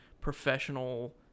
professional